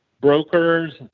brokers